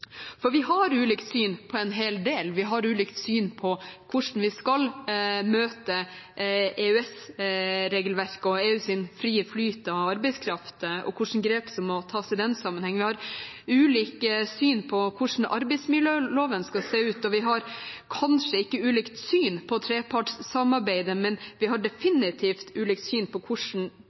For vi har ulikt syn på en hel del. Vi har ulikt syn på hvordan vi skal møte EØS-regelverket og EUs frie flyt av arbeidskraft, og hvilke grep som må tas i den sammenheng, og vi har ulikt syn på hvordan arbeidsmiljøloven skal se ut. Vi har kanskje ikke ulikt syn på trepartssamarbeidet, men vi har definitivt ulikt syn på hvordan